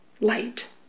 light